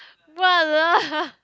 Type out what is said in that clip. what lah